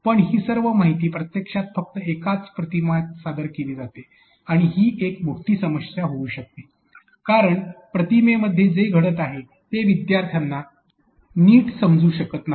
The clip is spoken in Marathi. पण ही सर्व माहिती प्रत्यक्षात फक्त एकाच प्रतिमेत सादर केली जाते आणि ही एक मोठी समस्या होऊ शकते कारण या प्रतिमेत जे काही घडत आहे ते विद्यार्थ्यांना नीट समजू शकत नाही